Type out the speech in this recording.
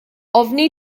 ofni